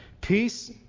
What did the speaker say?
peace